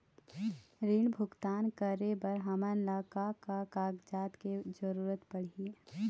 ऋण भुगतान करे बर हमन ला का का कागजात के जरूरत पड़ही?